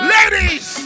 Ladies